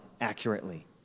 accurately